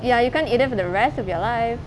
ya you can't eat them for the rest of your life